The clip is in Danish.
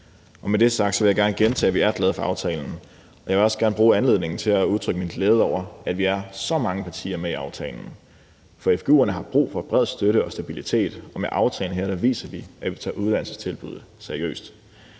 Når det er sagt, vil jeg gerne gentage, at vi er glade for aftalen. Jeg vil også gerne bruge anledningen til at udtrykke min glæde over, at vi er så mange partier med i aftalen. For fgu-institutionerne har brug for bred støtte og stabilitet, og med aftalen her viser vi, at vi tager uddannelsestilbuddet seriøst.